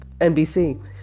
NBC